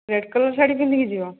red colour sari ପିନ୍ଧିକି ଯିବ